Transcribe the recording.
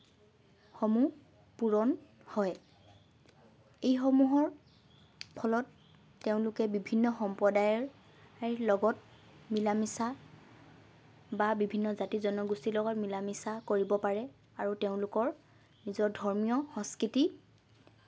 সমূহ পূৰণ হয় এইসমূহৰ ফলত তেওঁলোকে বিভিন্ন সম্প্ৰদায়ৰ লগত মিলা মিছা বা বিভিন্ন জাতি জনগোষ্ঠীৰ লগত মিলা মিছা কৰিব পাৰে আৰু তেওঁলোকৰ নিজৰ ধৰ্মীয় সংস্কৃতি